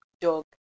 dog